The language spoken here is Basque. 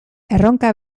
erronka